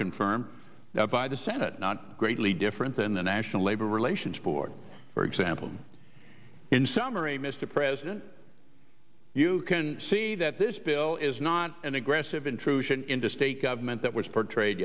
confirmed now by the senate not greatly different than the national labor relations board for example in summary mr president you can see that this bill is not an aggressive intrusion into state government that was portrayed